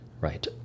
right